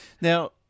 Now